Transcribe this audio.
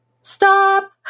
stop